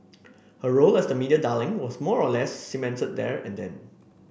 her role as the media darling was more or less cemented there and then